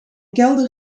kelder